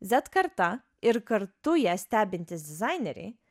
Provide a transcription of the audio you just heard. zet karta ir kartu ją stebintys dizaineriai